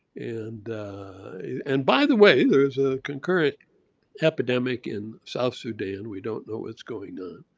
and and by the way, there is a concurrent epidemic in south sudan, we don't know what's going on.